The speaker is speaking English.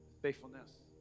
faithfulness